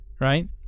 right